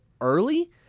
early